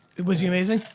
was he amazing?